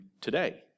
today